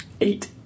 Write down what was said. Eight